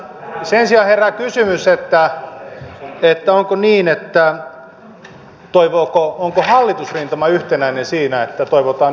sen sijaan herää kysymys onko hallitusrintama yhtenäinen siinä että toivotaan yhteiskuntasopimusta